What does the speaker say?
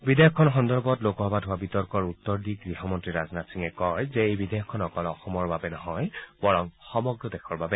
বিধেয়কখন সন্দৰ্ভত লোকসভাত হোৱা বিতৰ্কৰ উত্তৰ দি গৃহমন্ত্ৰী ৰাজনাথ সিঙে কয় যে এই বিধেয়কখন অকল অসমৰ বাবে নহয় বৰং সমগ্ৰ দেশৰ বাবে